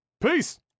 Peace